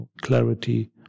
clarity